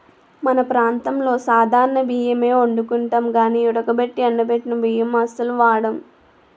మన ప్రాంతంలో సాధారణ బియ్యమే ఒండుకుంటాం గానీ ఉడకబెట్టి ఎండబెట్టిన బియ్యం అస్సలు వాడం